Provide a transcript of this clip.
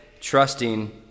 trusting